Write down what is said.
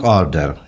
order